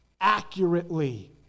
accurately